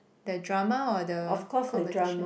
the drama or the competition